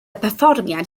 perfformiad